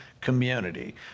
community